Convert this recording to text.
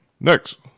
Next